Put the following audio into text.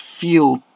feel